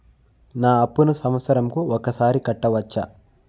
నా అప్పును సంవత్సరంకు ఒకసారి కట్టవచ్చా?